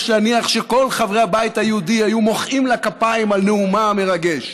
אני מניח שכל חברי הבית היהודי היו מוחאים לה כפיים על נאומה המרגש.